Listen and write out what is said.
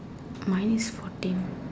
mine is fourteen